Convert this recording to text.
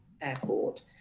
airport